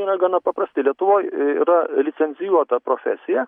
yra gana paprasti lietuvoj yra licencijuota profesija